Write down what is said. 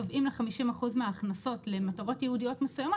קובעים לה 50% מהכנסות למטרות ייעודיות מסוימות,